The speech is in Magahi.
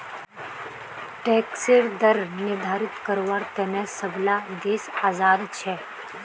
टैक्सेर दर निर्धारित कारवार तने सब ला देश आज़ाद छे